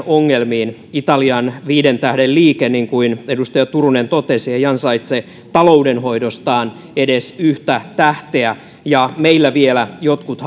ongelmiin italian viiden tähden liike niin kuin edustaja turunen totesi ei ansaitse taloudenhoidostaan edes yhtä tähteä ja meillä vielä jotkut